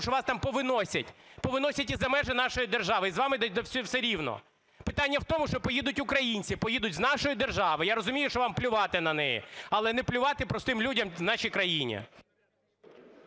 що вас там повиносять, повиносять і за межі нашої держави, і з вами все рівно. Питання в тому, що поїдуть українці, поїдуть з нашої держави. Я розумію, що вам плювати на неї, але не плювати простим людям в нашій країні.